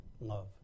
love